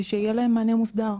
ושיהיה להם מענה מוסדר,